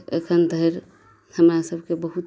एखन धरि हमरा सभके बहुत